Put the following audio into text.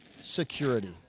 security